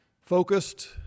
focused